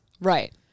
right